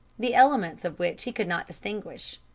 the elements of which he could not distinguish.